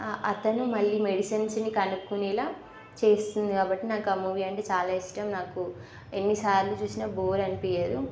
అతను మళ్ళీ మెడిసిన్స్ను కనుక్కునేలా చేస్తుంది కాబట్టి నాకు ఆ మూవీ అంటే చాలా ఇష్టం నాకు ఎన్నిసార్లు చూసినా బోర్ అనిపించదు